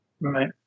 Right